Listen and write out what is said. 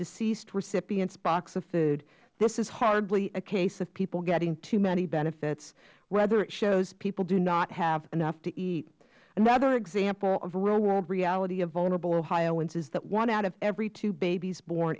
deceased recipients box of food this is hardly a case of people getting too many benefits rather it shows people do not have enough to eat another example of the real world reality of vulnerable ohioans is that one out of every two babies born